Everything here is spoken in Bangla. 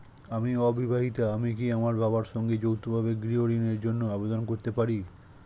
আমি অবিবাহিতা আমি কি আমার বাবার সঙ্গে যৌথভাবে গৃহ ঋণের জন্য আবেদন করতে পারি?